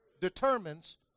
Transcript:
determines